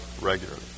regularly